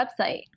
website